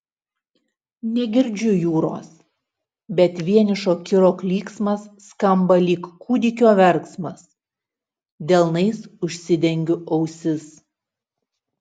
negirdžiu jūros bet vienišo kiro klyksmas skamba lyg kūdikio verksmas delnais užsidengiu ausis